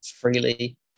freely